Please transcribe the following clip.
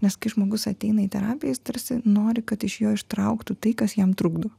nes kai žmogus ateina į terapiją jis tarsi nori kad iš jo ištrauktų tai kas jam trukdo